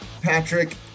Patrick